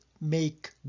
make